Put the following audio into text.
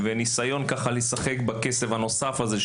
והניסיון לשחק בכסף הנוסף הזה,